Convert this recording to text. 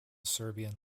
serbian